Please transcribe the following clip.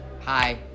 Hi